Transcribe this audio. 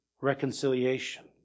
reconciliation